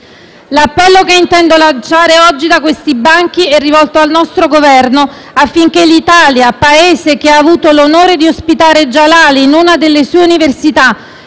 L'appello che intendo lanciare oggi da questi banchi è rivolto al nostro Governo, affinché l'Italia, Paese che ha avuto l'onore di ospitare Djalali in una delle sue università